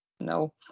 no